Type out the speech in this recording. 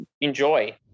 Enjoy